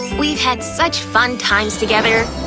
we've had such fun times together!